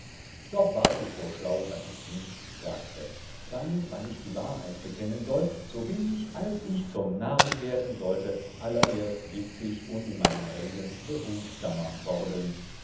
doch war ich so schlau daß ich nichts sagte dann wann ich die wahrheit bekennen soll so bin ich als ich zum narrn werden sollte allererst witzig und in meinen reden behutsamer worden